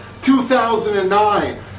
2009